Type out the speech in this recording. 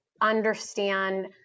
understand